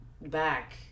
back